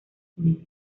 unidos